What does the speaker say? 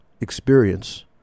experience